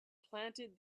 planted